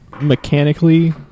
mechanically